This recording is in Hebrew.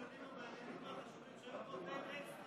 אחד הדיונים המעניינים והחשובים שהיו פה,